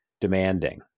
demanding